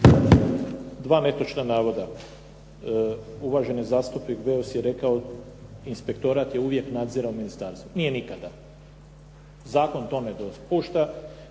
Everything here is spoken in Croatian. Dva netočna navoda, uvaženi zastupnik Beus je rekao inspektorat je uvijek nadzirao ministarstvo. Nije nikada. Zakon to ne dopušta,